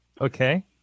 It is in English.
Okay